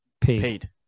Paid